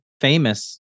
famous